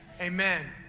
Amen